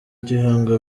gihanga